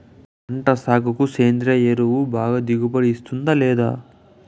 పంట సాగుకు సేంద్రియ ఎరువు బాగా దిగుబడి ఇస్తుందా లేదా